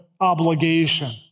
obligation